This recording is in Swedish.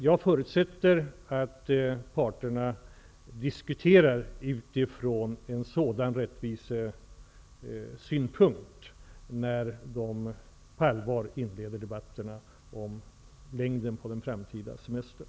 Jag förutsätter att parterna diskuterar från den rättvisesynpunkten när de på allvar inleder debatterna om längden på den framtida semestern.